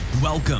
Welcome